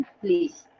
please